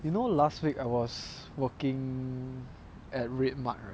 you know last week I was working at RedMart